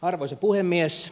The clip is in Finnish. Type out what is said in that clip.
arvoisa puhemies